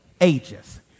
ages